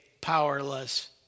powerless